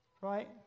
right